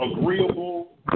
agreeable